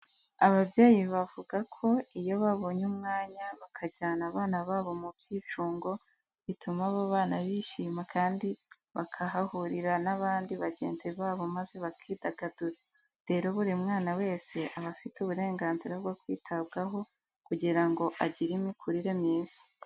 Ababyeyi bavuga ko iyo babonye umwanya bakajyana abana babo mu byicungo bituma abo bana bishima kandi bakahahurira n'abandi bagenzi babo maze bakidagadura. Rero buri mwana wese aba afite uburenganzira bwo kwitabwaho kugira ngo agire imikurire myiza.